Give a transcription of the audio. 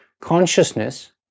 Consciousness